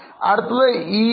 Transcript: അടുത്തത് EBDITA